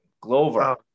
Glover